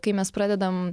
kai mes pradedam